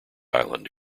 island